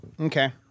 Okay